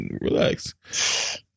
relax